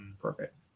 Perfect